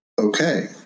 okay